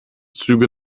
züge